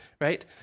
Right